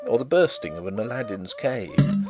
or the bursting of an aladdin's cave,